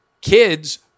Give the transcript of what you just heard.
kids